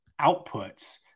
outputs